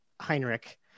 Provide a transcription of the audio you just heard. Heinrich